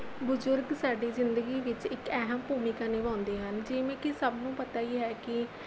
ਬਜ਼ੁਰਗ ਸਾਡੀ ਜ਼ਿੰਦਗੀ ਵਿੱਚ ਇੱਕ ਅਹਿਮ ਭੂਮਿਕਾ ਨਿਭਾਉਂਦੇ ਹਨ ਜਿਵੇਂ ਕਿ ਸਭ ਨੂੰ ਪਤਾ ਹੀ ਹੈ ਕਿ